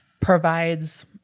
provides